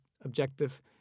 objective